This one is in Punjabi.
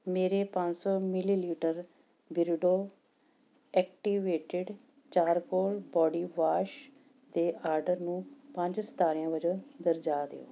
ਮੇਰੇ ਪੰਜ ਸੌ ਮਿਲੀਲੀਟਰ ਬਿਰਡੋ ਐਕਟੀਵੇਟਿਡ ਚਾਰਕੋਲ ਬਾਡੀਵਾਸ਼ ਦੇ ਆਰਡਰ ਨੂੰ ਪੰਜ ਸਿਤਾਰਿਆਂ ਵਜੋਂ ਦਰਜਾ ਦਿਉ